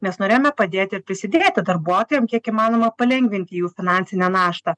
mes norėjome padėti ir prisidėti darbuotojam kiek įmanoma palengvinti jų finansinę naštą